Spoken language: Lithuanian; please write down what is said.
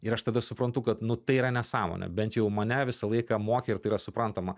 ir aš tada suprantu kad nu tai yra nesąmonė bent jau mane visą laiką mokė ir tai yra suprantama